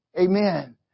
Amen